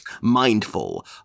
mindful